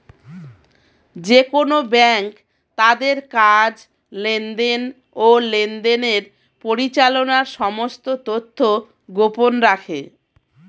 যেকোন ব্যাঙ্ক তাদের কাজ, লেনদেন, ও লেনদেনের পরিচালনার সমস্ত তথ্য গোপন রাখে